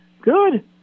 good